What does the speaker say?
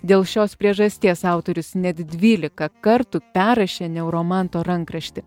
dėl šios priežasties autorius net dvylika kartų perrašė neuromanto rankraštį